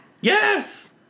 Yes